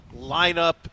lineup